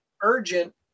urgent